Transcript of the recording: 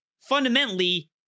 fundamentally